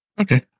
Okay